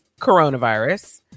coronavirus